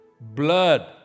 blood